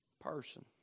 person